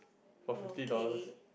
okay